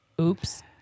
oops